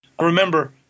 Remember